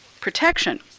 protection